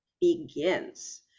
begins